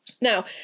Now